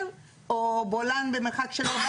או בולען במרחק של 400?